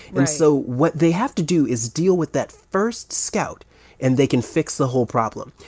and so what they have to do is deal with that first scout and they can fix the whole problem.